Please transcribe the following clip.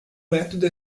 método